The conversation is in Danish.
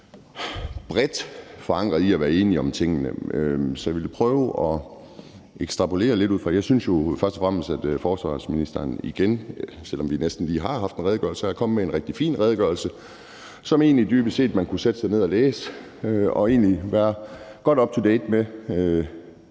bredt er enige om tingene. Så jeg vil prøve at ekstrapolere lidt ud fra det. Jeg synes jo først og fremmest, at forsvarsministeren igen, selv om vi næsten lige har haft en redegørelse, er kommet med en rigtig fin redegørelse, som man jo dybest set kunne sætte sig ned og læse og så egentlig være godt up to date med,